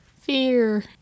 Fear